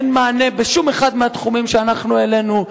אין מענה בשום תחום שאנחנו העלינו,